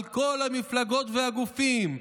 על כל המפלגות והגופים,